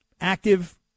Active